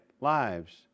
lives